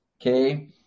Okay